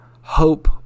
hope